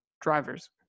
drivers